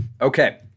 Okay